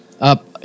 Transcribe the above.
up